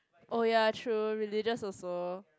oh ya true religious also